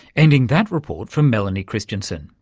ending that report from melanie christiansen.